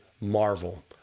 Marvel